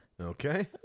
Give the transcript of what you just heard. okay